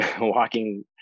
walking